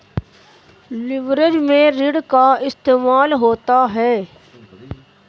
leverage में ऋण का इस्तेमाल होता है